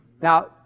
Now